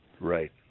Right